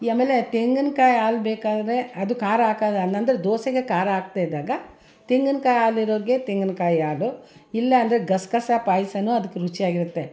ಆಮೇಲೆ ತೆಂಗಿನಕಾಯಿ ಹಾಲು ಬೇಕಾದರೆ ಅದು ಖಾರ ಹಾಕಿ ಅಂದರೆ ದೋಸೆಗೆ ಖಾರ ಹಾಕ್ದೇ ಇದ್ದಾಗ ತೆಂಗನಕಾಯಿ ಹಾಲು ಇರೋರಿಗೆ ತೆಂಗನಕಾಯಿ ಹಾಲು ಇಲ್ಲ ಅಂದರೆ ಗಸೆಗಸೆ ಪಾಯ್ಸನೂ ಅದಕ್ಕೆ ರುಚಿಯಾಗಿರುತ್ತೆ